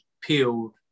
peeled